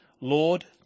Lord